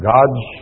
God's